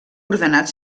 ordenat